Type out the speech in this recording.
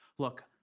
look,